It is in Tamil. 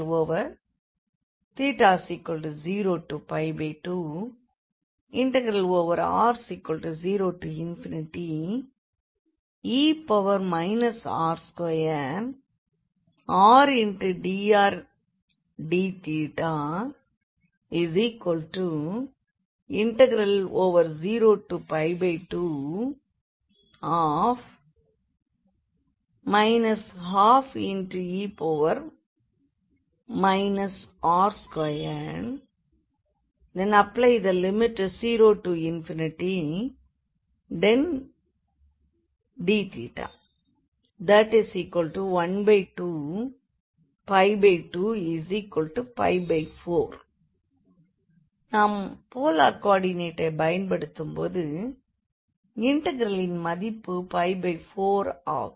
θ02r0e r2r dr dθθ02 12e r20dθ1224 நாம் போலார் கோ ஆர்டினேட்டைப் பயன்படுத்தும் போது இண்டெக்ரலின் மதிப்பு 4 ஆகும்